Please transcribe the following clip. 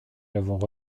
l’avons